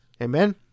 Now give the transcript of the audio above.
Amen